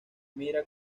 mira